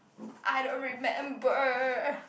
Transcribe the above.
I don't remember